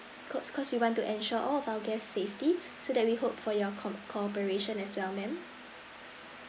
cause cause we want to ensure all of our guest safety so that we hope for your com~ cooperation as well ma'am